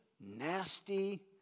nasty